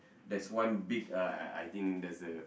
there's one big uh I think there's a